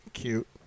cute